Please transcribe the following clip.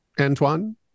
Antoine